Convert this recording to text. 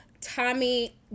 Tommy